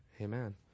Amen